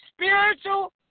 spiritual